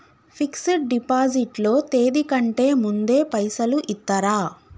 Fix డ్ deposit లో తేది కంటే ముందే పైసలు ఇత్తరా?